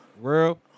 Real